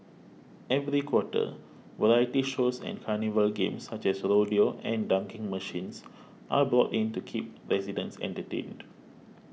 every quarter variety shows and carnival games such as rodeo and dunking machines are brought in to keep residents entertained